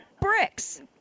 bricks